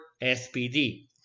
SPD